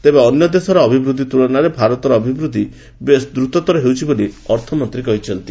ତେବେ ଅନ୍ୟ ଦେଶର ଅଭିବୃଦ୍ଧି ତୁଳନାରେ ଭାରତର ଅଭିବୃଦ୍ଧି ବେଶ୍ ଦ୍ରତତର ହେଉଛି ବୋଲି ଅର୍ଥମନ୍ତ୍ରୀ କହିଛନ୍ତି